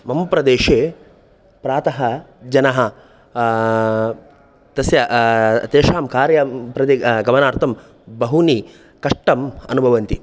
मम प्रदेशे प्रातः जनः तस्य तेषां कार्यं प्रति गमनार्थं बहूनि कष्टम् अनुभवन्ति